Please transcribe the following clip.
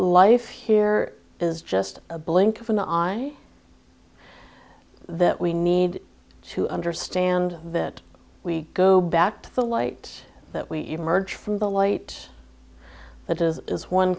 life here is just a blink of an eye that we need to understand that we go back to the light that we emerge from the light that is is one